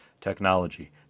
technology